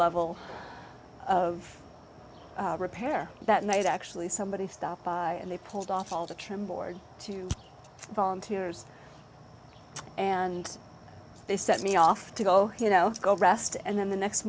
level of repair that night actually somebody stopped by and they pulled off all the trim board two volunteers and they sent me off to go you know go rest and then the next